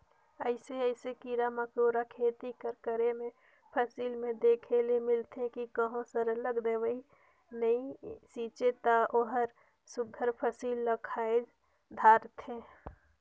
अइसे अइसे कीरा मकोरा खेती कर करे में फसिल में देखे ले मिलथे कि कहों सरलग दवई नी छींचे ता ओहर सुग्घर फसिल ल खाए धारथे